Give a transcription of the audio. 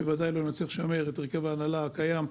בוודאי לא נצליח לשמר את הרכב ההנהלה הקיים.